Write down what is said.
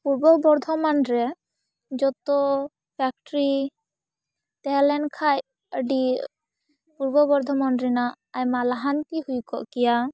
ᱯᱩᱨᱵᱚ ᱵᱚᱨᱫᱷᱚᱢᱟᱱ ᱨᱮ ᱡᱚᱛᱚ ᱯᱷᱮᱠᱴᱨᱤ ᱛᱟᱦᱮᱸ ᱞᱮᱱᱠᱷᱟᱱ ᱟᱹᱰᱤ ᱯᱩᱨᱵᱚ ᱵᱚᱨᱫᱷᱚᱢᱟᱱ ᱨᱮᱱᱟᱜ ᱟᱭᱢᱟ ᱞᱟᱦᱟᱱᱛᱤ ᱦᱩᱭ ᱠᱚᱜ ᱠᱮᱭᱟ